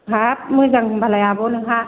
हाब मोजां होनब्लालाय आब' नोंहा